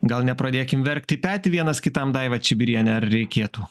gal nepradėkim verkt į petį vienas kitam daiva čibiriene reikėtų